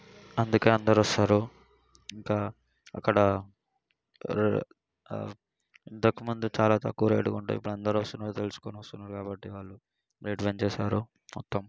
అందుకే అందఋ వస్తారు ఇంకా అక్కడ ఇంతకుముందు చాలా తక్కువ రేటుగా ఉండేది ఇప్పుడు అందరు వస్తున్నారు తెలుసుకుని వస్తున్నారు కాబట్టి రేటు పెంచేసారు మొత్తం